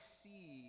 see